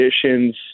conditions